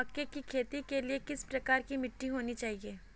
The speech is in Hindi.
मक्के की खेती के लिए किस प्रकार की मिट्टी होनी चाहिए?